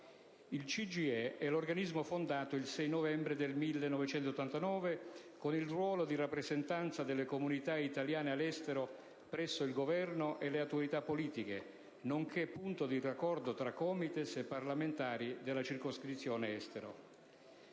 Il CGIE, l'organismo fondato il 6 novembre 1989 con il ruolo di rappresentanza delle comunità italiane all'estero presso il Governo e le autorità politiche, è anche punto di raccordo tra COMITES e parlamentari della circoscrizione Estero.